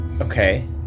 Okay